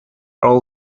all